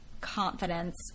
confidence